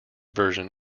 version